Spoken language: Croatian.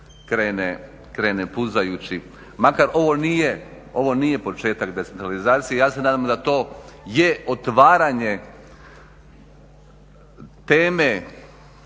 krene puzajući. Makar ovo nije početak decentralizacije, ja se nadam da to je otvaranje teme,